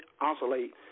oscillate